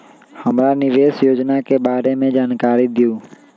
हमरा निवेस योजना के बारे में जानकारी दीउ?